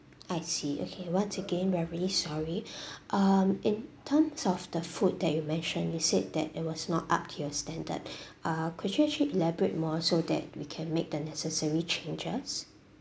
I see okay once again we are really sorry um in terms of the food that you mentioned you said that it was not up to your standards uh could you actually elaborate more so that we can make the necessary changes